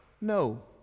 No